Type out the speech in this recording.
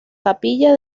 capilla